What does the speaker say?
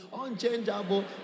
unchangeable